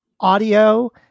audio